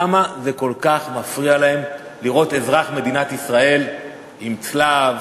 למה זה כל כך מפריע להם לראות אזרח מדינת ישראל עם צלב,